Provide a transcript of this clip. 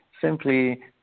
simply